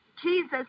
Jesus